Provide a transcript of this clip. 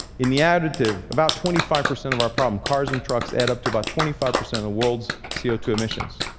in the additive, about twenty five percent of our problem. cars and trucks add up to about twenty five percent of the world's c o two emissions.